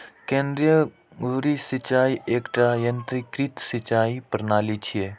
केंद्रीय धुरी सिंचाइ एकटा यंत्रीकृत सिंचाइ प्रणाली छियै